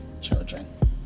children